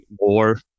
more